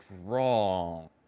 wrong